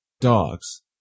Dogs